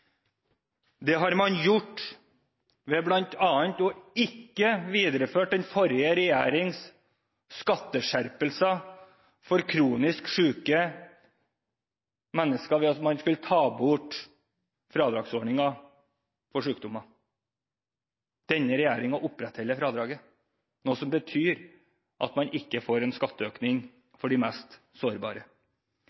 Det har man gjort bl.a. ved ikke å videreføre den forrige regjerings skatteskjerpelser for kronisk syke mennesker ved at man skulle ta bort fradragsordninger for sykdommer. Denne regjeringen opprettholder fradraget, noe som betyr at man ikke får en skatteøkning